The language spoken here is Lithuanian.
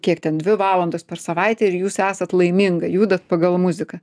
kiek ten dvi valandos per savaitę ir jūs esat laiminga judat pagal muziką